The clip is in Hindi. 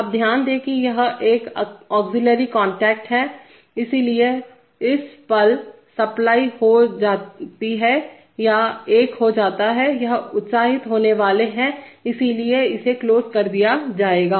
अब ध्यान दें कि यह एक ऑक्सिलरी कांटेक्ट है इसलिए इस पल सप्लाई हो जाती है या यह 1 हो जाता है यह उत्साहित होने वाला है इसलिए इसे क्लोज कर दिया जाएगा